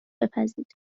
بپزید